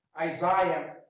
Isaiah